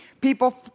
people